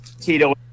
Tito